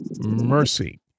mercy